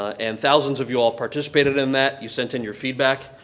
and thousands of you all participated in that. you sent in your feedback.